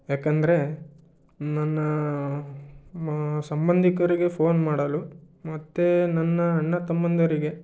ಯಾಕಂದರೆ ನನ್ನ ಮ ಸಂಬಂಧಿಕರಿಗೆ ಫೋನ್ ಮಾಡಲು ಮತ್ತು ನನ್ನ ಅಣ್ಣ ತಮ್ಮಂದಿರಿಗೆ